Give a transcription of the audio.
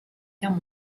guerre